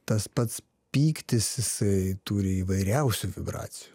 tas pats pyktis jisai turi įvairiausių vibracijų